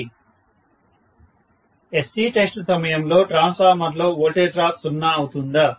విద్యార్థి 2729 SC test సమయంలో ట్రాన్స్ఫార్మర్లో వోల్టేజ్ డ్రాప్ సున్నా అవుతుందా